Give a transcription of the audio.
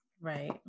Right